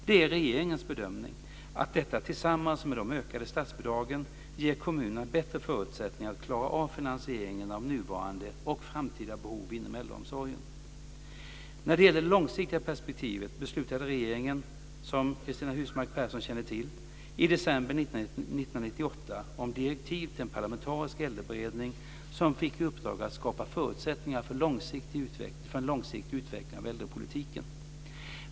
Det är regeringens bedömning att detta tillsammans med de ökade statsbidragen ger kommunerna bättre förutsättningar att klara av finansieringen av nuvarande och framtida behov inom äldreomsorgen. När det gäller det långsiktiga perspektivet beslutade regeringen, som Cristina Husmark Pehrsson känner till, i december 1998 om direktiv till en parlamentarisk äldreberedning som fick i uppdrag att skapa förutsättningar för en långsiktig utveckling av äldrepolitiken.